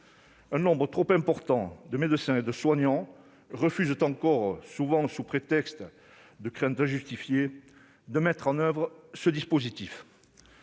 Un nombre trop important de médecins et de soignants refusent encore, sous prétexte de craintes souvent injustifiées, de mettre en oeuvre ses dispositions.